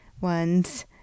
ones